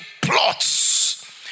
plots